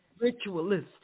ritualistic